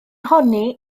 honni